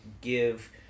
give